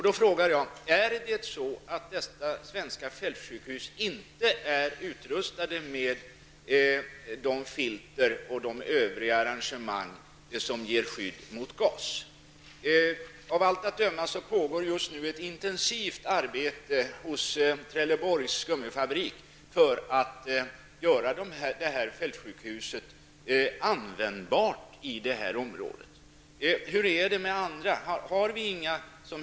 Då frågar jag: Är detta svenska fältsjukhus inte utrustat med de filter och övriga arrangemang som ger skydd mot gas? Av allt att döma pågår just nu ett intensivt arbete hos Trelleborgs gummifabrik för att göra fältsjukhuset användbart i området. Hur är det med andra fältsjukhus?